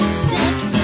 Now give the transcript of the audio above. steps